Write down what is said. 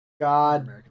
God